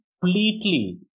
completely